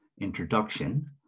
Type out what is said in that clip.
introduction